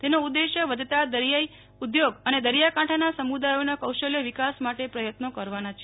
તેનો ઉદ્દેશ્ય વધતા દરિયાઇ ઉદ્યોગ અને દરિયાકાંઠાના સમુદાયોના કૌશલય વિકાસ માટે પ્રયત્નો કરવાના છે